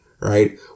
Right